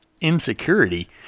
insecurity